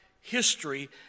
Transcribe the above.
history